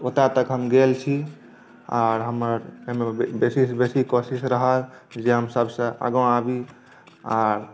ओतए तक हम गेल छी आर हमर एहिमे बेसी सँ बेसी कोशिश रहल जे हम सबसँ आगा आबी आर